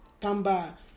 Tamba